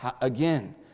Again